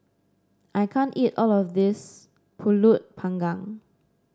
I can't eat all of this pulut panggang